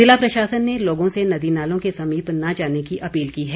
जिला प्रशासन ने लोगों से नदी नालों के समीप न जाने की अपील की है